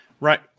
right